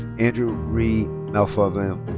andrew ree malfavon.